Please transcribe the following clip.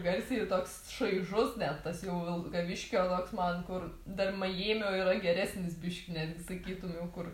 garsiai ir toks šaižus net tas jų vilkaviškio toks man kur dar majėmio yra geresnis biškį net gi sakytum jau kur